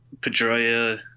Pedroia